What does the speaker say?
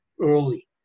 early